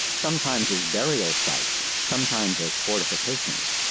sometimes as burial sites, sometimes as fortifications.